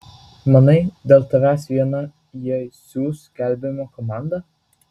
manai dėl tavęs vieno jie siųs gelbėjimo komandą